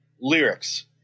lyrics